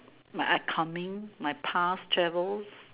my upcoming my past travels